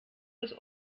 das